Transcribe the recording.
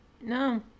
No